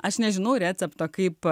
aš nežinau recepto kaip